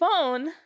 phone